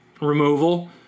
removal